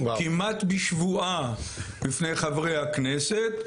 כמעט בשבועה בפני חברי הכנסת,